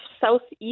southeast